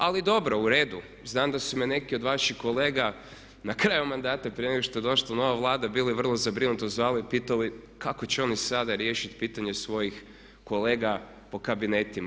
Ali dobro, u redu, znam da su me neki od vaših kolega na kraju mandata prije nego što je došla nova Vlada bili vrlo zabrinuto zvali i pitali kako će oni sada riješiti pitanje svojih kolega po kabinetima.